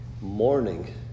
morning